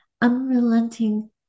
unrelenting